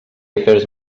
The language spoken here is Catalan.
afers